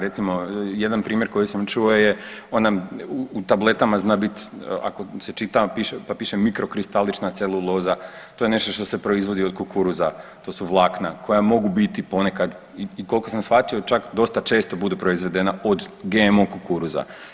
Recimo jedan primjer koji sam čuo je ona u tabletama zna biti ako se čita, pa piše mikrokristalična celuloza, to je nešto što se proizvodi od kukuruza, to su vlakna koja mogu biti ponekad i koliko sam shvatio čak dosta često budu proizvedena od GMO kukuruza.